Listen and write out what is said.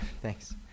Thanks